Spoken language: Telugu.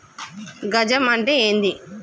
గజం అంటే ఏంది?